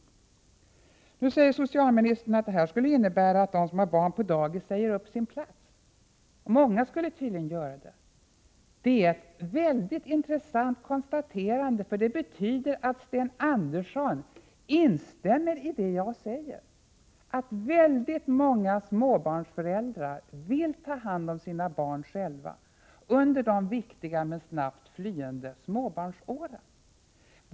Vidare hävdar socialministern att det här skulle innebära att de som har barn på dagis säger upp sin plats. Många skulle tydligen göra det. Det är ett väldigt intressant konstaterande, för det betyder att Sten Andersson instämmer i det jag säger, att väldigt många småbarnsföräldrar vill ta hand om sina barn själva under de viktiga men snabbt flyende småbarnsåren.